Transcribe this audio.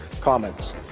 comments